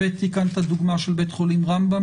הבאתי כאן את הדוגמא של בית חולים רמב"ם